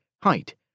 height